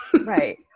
right